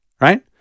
Right